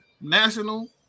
national